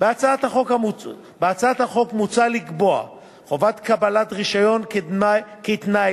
בהצעת החוק מוצע לקבוע חובת קבלת רשיון כתנאי